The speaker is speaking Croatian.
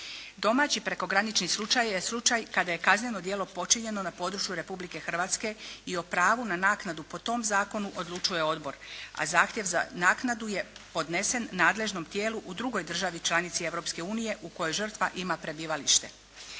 Domaći prekogranični slučaj je slučaj kada je kazneno djelo počinjeno na području Republike Hrvatske i o pravu na naknadu po tom zakonu odlučuje odbor, a zahtjev za naknadu je podnesen nadležnom tijelu u drugoj državi članici Europske unije u kojoj žrtva ima prebivalište.